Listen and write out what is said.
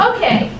Okay